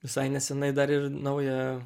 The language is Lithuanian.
visai nesenai dar ir naują